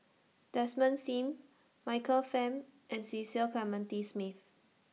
Desmond SIM Michael Fam and Cecil Clementi Smith